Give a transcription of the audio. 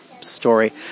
story